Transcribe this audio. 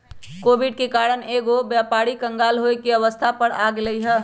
Covid के कारण कएगो व्यापारी क़ँगाल होये के अवस्था पर आ गेल हइ